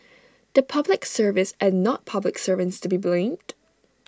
the Public Service and not public servants to be blamed